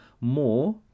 more